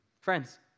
Friends